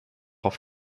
auf